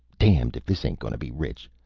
damned if this ain't gonna be rich!